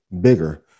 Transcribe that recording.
bigger